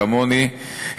כמוני,